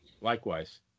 likewise